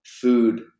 food